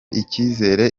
icyizere